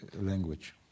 language